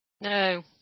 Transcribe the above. No